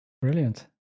Brilliant